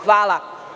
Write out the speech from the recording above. Hvala.